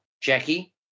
Jackie